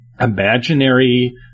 imaginary